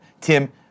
Tim